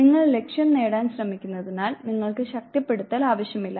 നിങ്ങൾ ലക്ഷ്യം നേടാൻ ശ്രമിക്കുന്നതിനാൽ നിങ്ങൾക്ക് ശക്തിപ്പെടുത്തൽ ആവശ്യമില്ല